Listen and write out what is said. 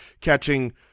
catching